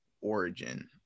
origin